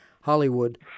Hollywood